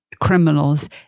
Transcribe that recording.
criminals